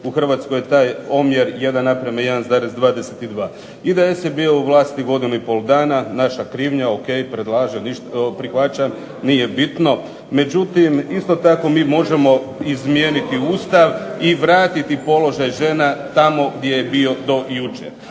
U Hrvatskoj je taj omjer 1:1,22. IDS je bio u vlasti godinu i pol dana. Naša krivnja, o.k. prihvaćam nije bitno. Međutim, isto tako mi možemo izmijeniti Ustav i vratiti položaj žena tamo gdje je bio to jučer.